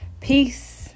Peace